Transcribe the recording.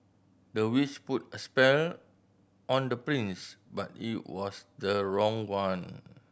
the witch put a spell on the prince but it was the wrong one